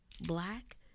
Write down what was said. black